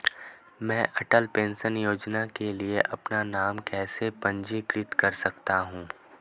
मैं अटल पेंशन योजना के लिए अपना नाम कैसे पंजीकृत कर सकता हूं?